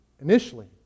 initially